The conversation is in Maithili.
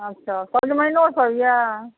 अच्छा सजमनिओ सभ यऽ